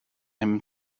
him